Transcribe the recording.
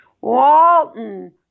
Walton